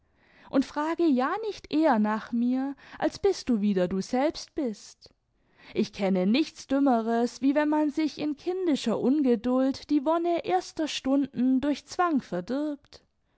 und frage ja nicht eher nach mir als bis du wieder du selbst bist ich kenne nichts dümmeres wie wenn man sich in kindischer ungeduld die wonne erster stunden durch zwang